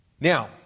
Now